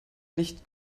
licht